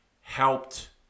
helped